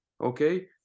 okay